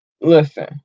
Listen